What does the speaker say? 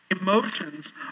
Emotions